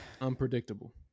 unpredictable